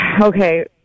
okay